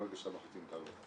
ברגע שהמחליטים תעבור.